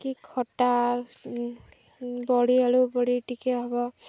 କି ଖଟା ବଢ଼ି ଆଳୁ ପଡ଼ି ଟିକେ ହବ